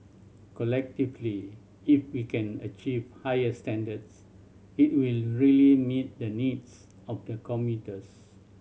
collectively if we can achieve higher standards it will really meet the needs of the commuters